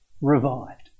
revived